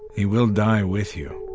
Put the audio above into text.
he will die with you.